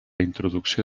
introducció